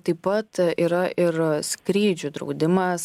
taip pat yra ir skrydžių draudimas